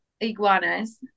iguanas